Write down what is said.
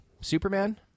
Superman